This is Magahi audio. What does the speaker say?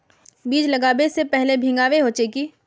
बीज लागबे से पहले भींगावे होचे की?